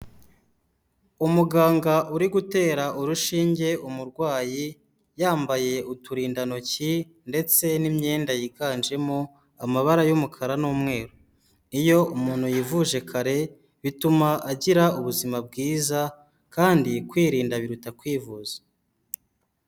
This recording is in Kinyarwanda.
Umuganga uri gutera urushinge umurwayi, yambaye uturindantoki ndetse n'imyenda yiganjemo amabara y'umukara n'umweru. Iyo umuntu yivuje kare bituma agira ubuzima bwiza, kandi kwirinda biruta kwivuza.